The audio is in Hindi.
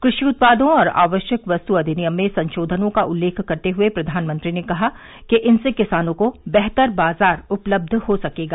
कृषि उत्पादों और आवश्यक वस्त् अधिनियम में संशोधनों का उल्लेख करते हुए प्रधानमंत्री ने कहा कि इनसे किसानों को बेहतर बाजार उपलब्ध हो सकेगा